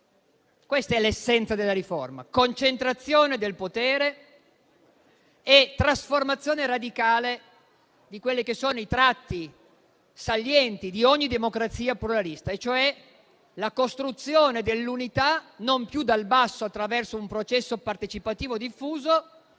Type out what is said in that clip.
Questa è l'essenza della riforma: concentrazione del potere e trasformazione radicale dei tratti salienti di ogni democrazia pluralista, ossia la costruzione dell'unità non più dal basso attraverso un processo partecipativo diffuso,